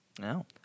No